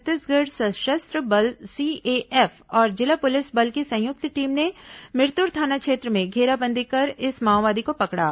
छत्तीसगढ़ सशस्त्र बल सीएएफ और जिला पुलिस बल की संयुक्त टीम ने मिरतूर थाना क्षेत्र में घेराबंदी कर इस माओवादी को पकड़ा